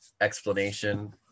explanation